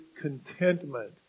contentment